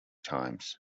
times